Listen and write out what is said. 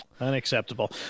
Unacceptable